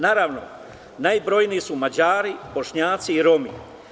Naravno, najbrojniji su Mađari, Bošnjaci i Romi.